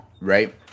right